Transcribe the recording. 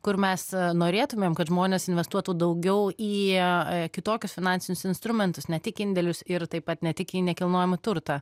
kur mes norėtumėm kad žmonės investuotų daugiau į kitokius finansinius instrumentus ne tik indėlius ir taip pat ne tik į nekilnojamą turtą